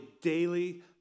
daily